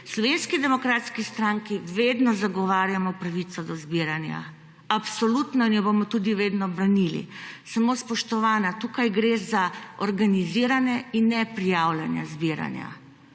Slovenski demokratski stranki vedno zagovarjamo pravico do zbiranja, absolutno in jo bomo tudi vedno branili. Samo, spoštovana, tukaj gre za organizirane in neprijavljena zbiranja,